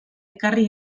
ekarri